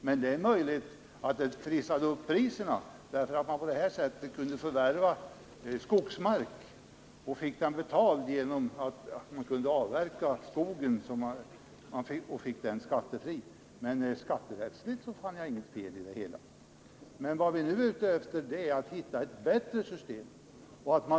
Men det är möjligt att det trissade upp priserna, eftersom man på det här sättet kunde förvärva skogsmark och få den betald genom att avverka skogen skattefritt. Men skatterättsligt fann jag inget fel i det hela. Vad vi nu är ute efter är att hitta ett bättre system.